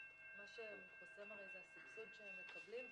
שחוסם הרי זה הסבסוד שהם מקבלים,